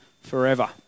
forever